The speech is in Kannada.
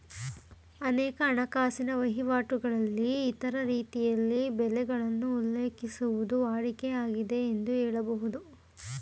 ಅನೇಕ ಹಣಕಾಸಿನ ವಹಿವಾಟುಗಳಲ್ಲಿ ಇತರ ರೀತಿಯಲ್ಲಿ ಬೆಲೆಗಳನ್ನು ಉಲ್ಲೇಖಿಸುವುದು ವಾಡಿಕೆ ಆಗಿದೆ ಎಂದು ಹೇಳಬಹುದು